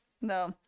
No